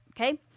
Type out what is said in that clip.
Okay